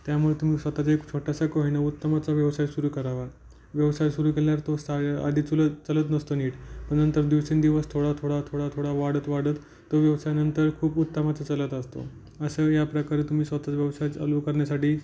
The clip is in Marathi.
त्यामुळं तुम्ही स्वतःचा एक छोटासा का होईना उत्तमचा व्यवसाय सुरु करावा व्यवसाय सुरु केल्यावर तो साय आधी चुलत चालत नसतो नीट पण नंतर दिवसं दिवस थोडा थोडा थोडा थोडा वाढत वाढत तो व्यवसाय नंतर खूप उत्तमच चलत असतो असं ह्या प्रकारे तुम्ही स्वतःचा व्यवसाय चालू करण्यासाठी